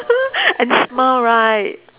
and smile right